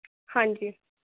ਹਾਂਜੀ